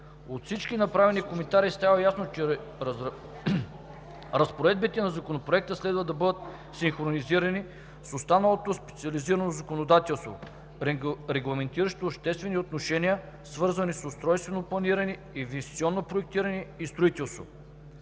От всички направени коментари става ясно, че разпоредбите на Законопроекта следва да бъдат синхронизирани с останалото специализирано законодателство, регламентиращо обществени отношения, свързани с устройствено планиране, инвестиционно проектиране и строителство.